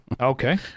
Okay